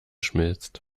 schmilzt